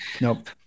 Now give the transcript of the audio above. Nope